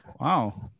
Wow